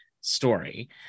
story